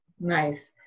Nice